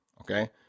Okay